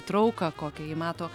trauką kokią ji mato